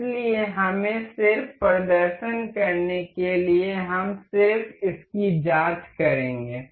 इसलिए हमें सिर्फ प्रदर्शन के लिए हम सिर्फ इसकी जाँच करेंगे